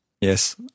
Yes